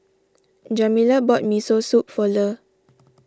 Jamila bought Miso Soup for Le